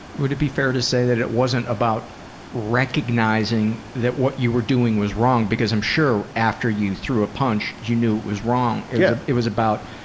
would it be fair to say that it wasn't about recognizing that what you were doing was wrong because i'm sure after you threw a punch you knew it was wrong yeah it was about